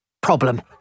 problem